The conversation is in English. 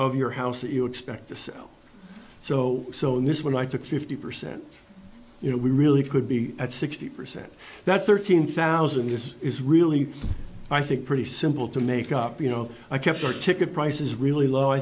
of your house that you expect just so so in this one i took fifty percent you know we really could be at sixty percent that's thirteen thousand this is really i think pretty simple to make up you know i kept our ticket prices really low i